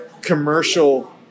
commercial